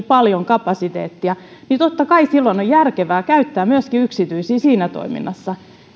paljon kapasiteettia totta kai silloin on järkevää käyttää myöskin yksityisiä siinä toiminnassa